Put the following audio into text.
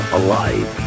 alive